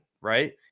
right